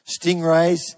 stingrays